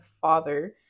father